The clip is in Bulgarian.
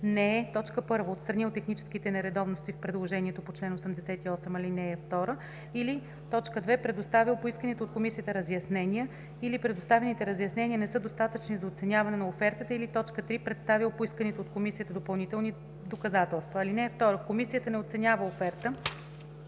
не е: 1. отстранил техническите нередовности в предложението по чл. 88, ал. 2, или 2. предоставил поисканите от комисията разяснения, или предоставените разяснения не са достатъчни за оценяване на офертата, или 3. представил поисканите от комисията допълнителни доказателства. (2) Комисията не оценява оферта: